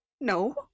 No